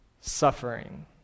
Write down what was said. suffering